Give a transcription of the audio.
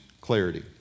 clarity